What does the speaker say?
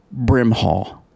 Brimhall